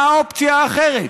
מה האופציה האחרת?